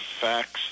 facts